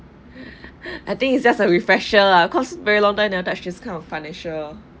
I think it's just a refresher lah cause very long time never touched is kind of financial